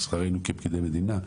שכרנו כפקידי מדינה,